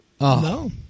No